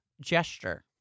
gesture